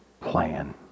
plan